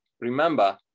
remember